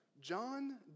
John